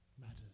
matters